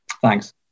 Thanks